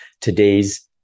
Today's